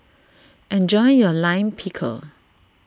enjoy your Lime Pickle